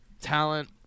talent